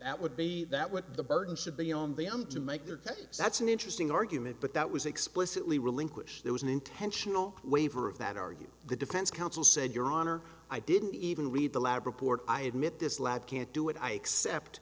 that would be that what the burden should be on them to make their case that's an interesting argument but that was explicitly relinquish there was an intentional waiver of that are you the defense counsel said your honor i didn't even read the lab report i admit this lab can't do it i accept